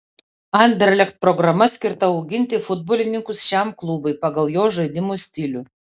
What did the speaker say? anderlecht programa skirta auginti futbolininkus šiam klubui pagal jo žaidimo stilių